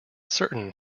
certain